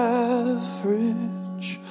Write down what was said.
average